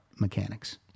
mechanics